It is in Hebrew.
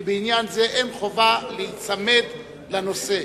כי בעניין זה אין חובה להיצמד לנושא.